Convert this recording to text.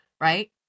Right